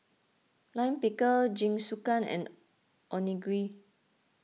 Lime Pickle Jingisukan and Onigiri